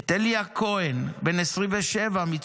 יש פה משפחות שלמות